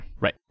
Right